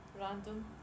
random